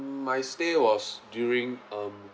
my stay was during um